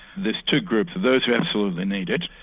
there's two groups those who absolutely need it,